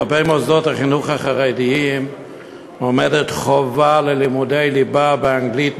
כלפי מוסדות החינוך החרדיים עומדת חובת לימודי ליבה באנגלית,